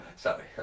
Sorry